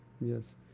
Yes